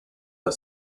are